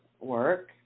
work